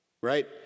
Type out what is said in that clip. right